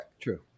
True